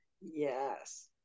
yes